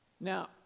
Now